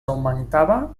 augmentava